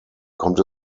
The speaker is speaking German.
kommt